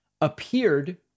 appeared